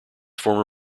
former